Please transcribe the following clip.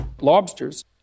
Lobsters